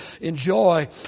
enjoy